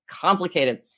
Complicated